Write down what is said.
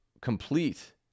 complete